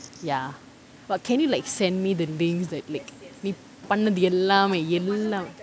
ya but can you like send me the links that like நீ பண்ணது எல்லாமே எல்லாம்:nee pannathu ellaamae ellaam